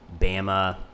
Bama